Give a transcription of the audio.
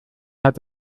hat